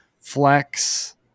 flex